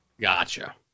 Gotcha